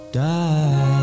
die